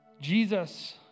Jesus